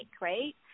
right